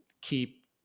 keep